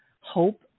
hope